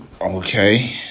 Okay